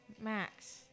Max